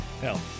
hell